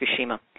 Fukushima